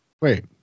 wait